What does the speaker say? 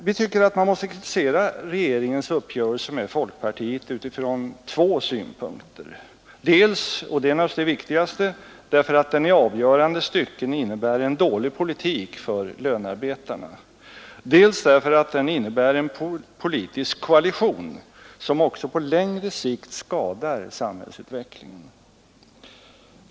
Vi tycker att man måste kritisera regeringens uppgörelse med folkpartiet utifrån två synpunkter: dels därför att den i avgörande stycken innebär en dålig politik för lönarbetarna, dels därför att den innebär en politisk koalition som också på längre sikt skadar samhällsutvecklingen.